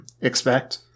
Expect